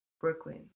Brooklyn